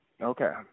Okay